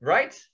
Right